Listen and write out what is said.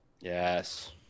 Yes